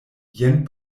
jen